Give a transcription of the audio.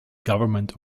government